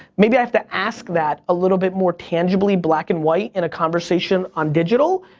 maybe i have to ask that a little bit more tangibly black and white in a conversation on digital,